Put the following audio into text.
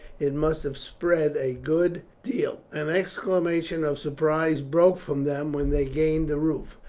it must have spread a good deal. an exclamation of surprise broke from them when they gained the roof.